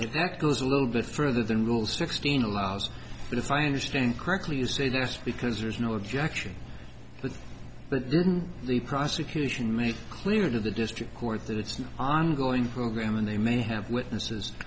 it that goes a little bit further than rule sixteen allows the finder stand correctly you say that's because there's no objection but but didn't the prosecution made clear to the district court that it's an ongoing program and they may have witnesses